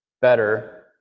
better